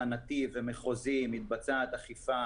הכנתי ומחוזי מתבצעת אכיפה